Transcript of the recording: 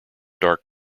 dark